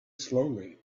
slowly